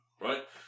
right